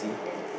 yes